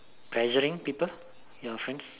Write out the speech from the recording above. pressuring people your friends